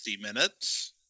Minutes